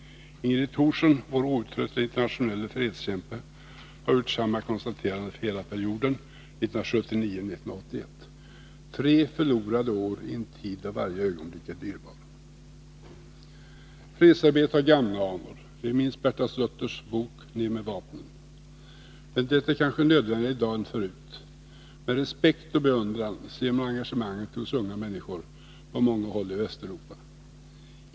Inga Thorsson, vår outtröttliga internationella fredskämpe, har gjort samma konstaterande för perioden 1979-1981. Tre förlorade år i en tid då varje ögonblick är dyrbart! Fredsarbetet har gamla anor. Vi minns Berta Suttners bok Ned med vapnen. Men det är kanske i dag nödvändigare än förut. Med respekt och beundran ser man engagemanget hos unga människor på många håll i Västeuropa.